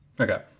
Okay